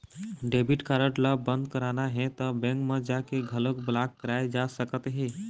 debit card ल बंद कराना हे त बेंक म जाके घलोक ब्लॉक कराए जा सकत हे